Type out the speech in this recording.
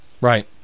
right